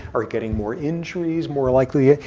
are getting more injuries, more likely. yeah